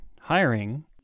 hiring